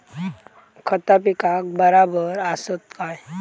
खता पिकाक बराबर आसत काय?